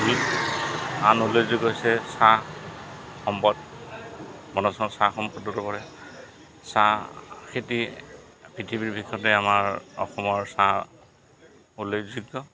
আন উল্লেখযোগ্য হৈছে চাহ সম্পদ বনজ সম্পদত চাহ সম্পদো পৰে চাহ খেতি পৃথিৱীৰ ভিতৰতে আমাৰ অসমৰ চাহ উল্লেখযোগ্য